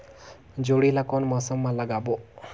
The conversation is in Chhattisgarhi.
जोणी ला कोन मौसम मा लगाबो?